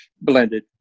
blended